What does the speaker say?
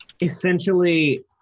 essentially